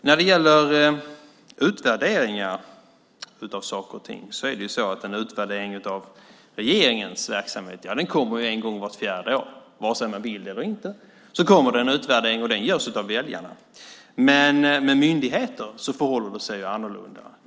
När det gäller utvärderingar av saker och ting är det så att en utvärdering av regeringens verksamhet kommer en gång vart fjärde år. Vare sig man vill eller inte kommer det en utvärdering, och den görs av väljarna. Men med myndigheter förhåller det sig annorlunda.